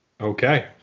Okay